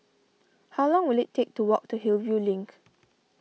how long will it take to walk to Hillview Link